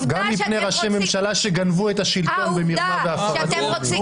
גם מפני ראשי ממשלה שגנבו את השלטון במרמה והפרת אמונים.